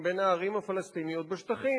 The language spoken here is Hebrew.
בין הערים הפלסטיניות בשטחים.